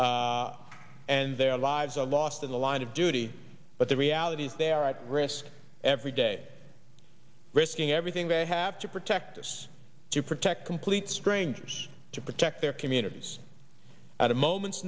women and their lives are lost in the line of duty but the reality is they are at risk every day risking everything they have to protect us to protect complete strangers to protect their communities at a moment's